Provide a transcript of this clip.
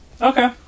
Okay